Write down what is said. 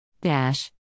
Dash